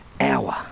hour